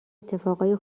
اتفاقای